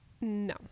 No